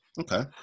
Okay